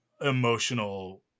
emotional